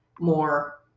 more